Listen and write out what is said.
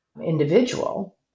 individual